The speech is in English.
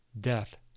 death